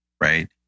right